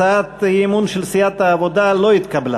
הצעת האי-אמון של סיעת העבודה לא התקבלה.